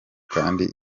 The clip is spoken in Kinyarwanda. kandi